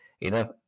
enough